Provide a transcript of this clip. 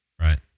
Right